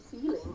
feeling